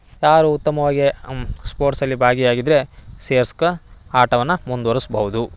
ಯಾರು ಉತ್ತಮವಾಗೆ ಸ್ಪೋರ್ಟ್ಸಲ್ಲಿ ಭಾಗಿ ಆಗಿದ್ದರೆ ಸೇರ್ಸ್ಕ ಆಟವನ್ನ ಮುಂದ್ವರ್ಸ್ಬಹುದು